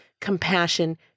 compassion